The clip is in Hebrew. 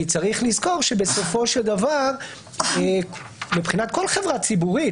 צריך לזכור שבסופו של דבר מבחינת כל חברה ציבורית,